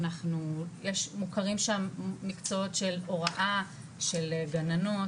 מוכרים שם מקצועות של הוראה של גננות